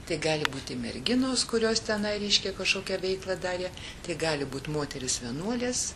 tai gali būti merginos kurios tenai reiškia kažkokią veiklą darė tai gali būti moterys vienuolės